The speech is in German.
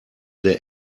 der